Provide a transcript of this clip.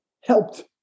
helped